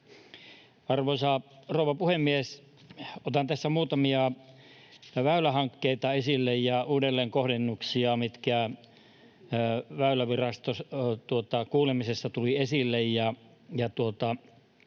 Arvoisa rouva puhemies! Otan tässä esille muutamia väylähankkeita ja uudelleenkohdennuksia, mitkä Väyläviraston kuulemisessa tulivat esille